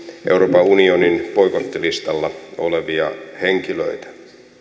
euroopan unionin boikottilistalla olevia henkilöitä